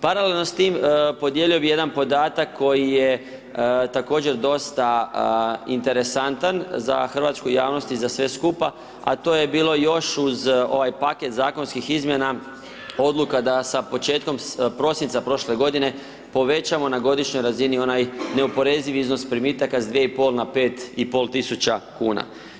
Paralelno s tim, podijelio bih jedan podatak koji je također dosta interesantan za hrvatsku javnost i za sve skupa, a to je bilo još uz ovaj paket zakonskih izmjena, odluka da sa početkom prosinca prošle godine povećamo na godišnjoj razini onaj neoporezivi iznos primitaka s 2.5000,00 kn na 5.500,00 kn.